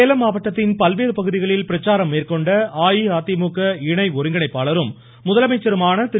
சேலம் மாவட்டத்தின் பல்வேறு பகுதிகளில் பிரச்சாரம் மேற்கொண்ட அஇஅதிமுக இணை ஒருங்கிணைப்பாளரும் முதலமைச்சருமான திரு